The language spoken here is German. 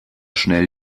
schnell